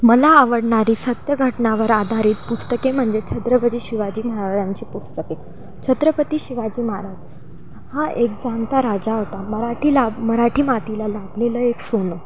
मला आवडणारी सत्य घटनावर आधारित पुस्तके म्हणजे छत्रपती शिवाजी महाराजांची पुस्तके छत्रपती शिवाजी महाराज हा एक जाणता राजा होता मराठी लाभ मराठी मातीला लाभलेला एक सोनं